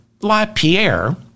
LaPierre